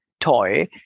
toy